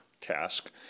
task